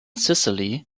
sicily